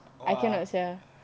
!wah!